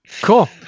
Cool